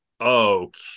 okay